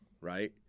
right